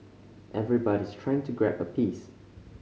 everybody's trying to grab a piece